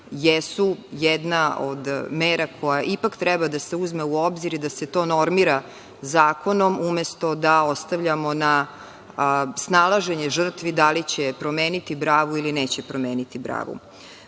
jesu jedna od mera koja ipak treba da se uzme u obzir i da se to normira zakonom, umesto da ostavljamo na snalaženje žrtvi da li će promeniti bravu ili neće promeniti bravu. Stav